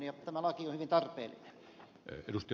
tämä laki on hyvin tarpeellinen